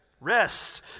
rest